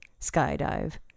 skydive